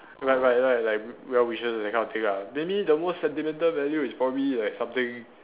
like like like like well wishes that kind of thing ah maybe the most sentimental value is probably like something